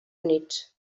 units